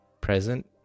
present